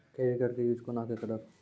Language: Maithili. क्रेडिट कार्ड के यूज कोना के करबऽ?